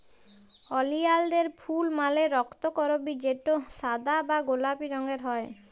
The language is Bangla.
ওলিয়ালদের ফুল মালে রক্তকরবী যেটা সাদা বা গোলাপি রঙের হ্যয়